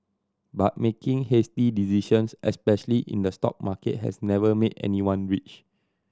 but making hasty decisions especially in the stock market has never made anyone rich